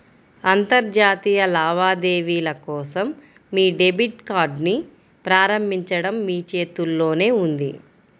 అంతర్జాతీయ లావాదేవీల కోసం మీ డెబిట్ కార్డ్ని ప్రారంభించడం మీ చేతుల్లోనే ఉంది